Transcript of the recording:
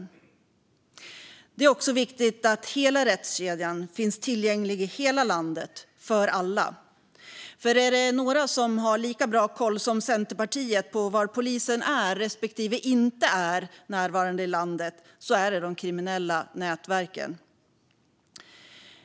Skärpta straff för brott i kriminella nätverk Det är också viktigt att hela rättskedjan finns tillgänglig för alla i hela landet, för är det några som har lika bra koll som Centerpartiet på var polisen är respektive inte är närvarande i landet är det de kriminella nätverken .